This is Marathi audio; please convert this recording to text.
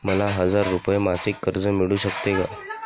मला हजार रुपये मासिक कर्ज मिळू शकते का?